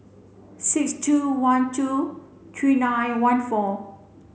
six two one two three nine one four